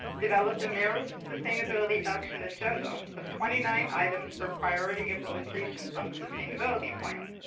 developed a mayor's sustainability action agenda of twenty nine items for priority implementations from the sustainability plan.